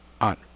on